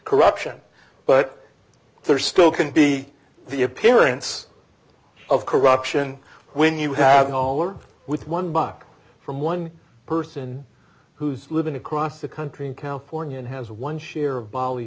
corruption but there still can be the appearance of corruption when you have all or with one buck from one person who's living across the country in california and has one share of b